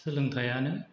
सोलोंथाइआनो